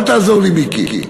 אל תעזור לי, מיקי.